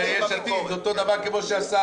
--- (הישיבה נפסקה בשעה 12:30 ונתחדשה בשעה